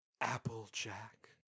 Applejack